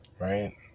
right